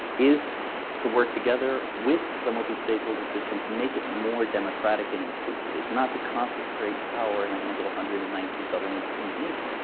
is to work together with the multistakeholder system to make it more democratic and inclusive. it's not to concentrate power in the hands of one hundred and ninety three governments in geneva.